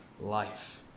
life